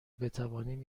بتوانیم